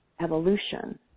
evolution